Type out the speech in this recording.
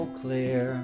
clear